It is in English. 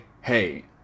hey